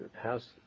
house